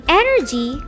energy